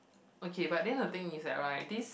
okay but then the thing is that right this